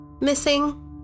missing